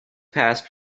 passed